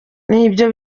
nibyo